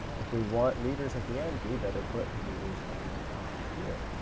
if we want liters at the end, we better put liters on the top here.